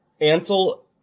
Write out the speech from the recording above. Ansel